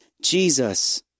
Jesus